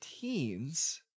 Teens